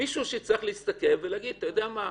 מישהו שיסתכל ויגיד פה